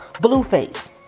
Blueface